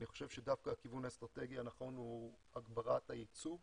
אני חושב שדווקא הכיוון האסטרטגי הנכון הוא הגברת הייצוא,